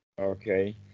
Okay